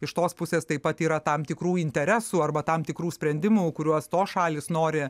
iš tos pusės taip pat yra tam tikrų interesų arba tam tikrų sprendimų kuriuos tos šalys nori